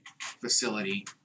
facility